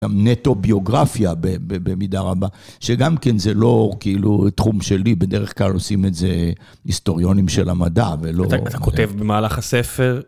גם נטו ביוגרפיה במידה רבה, שגם כן זה לא כאילו תחום שלי, בדרך כלל עושים את זה היסטוריונים של המדע, ולא... אתה כותב במהלך הספר...